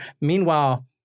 Meanwhile